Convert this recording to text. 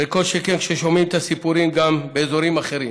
וכל שכן כששומעים את הסיפורים גם באזורים אחרים.